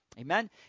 Amen